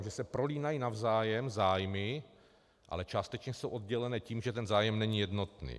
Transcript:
Že se prolínají navzájem zájmy, ale částečně jsou oddělené tím, že ten zájem není jednotný.